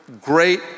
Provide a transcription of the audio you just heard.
great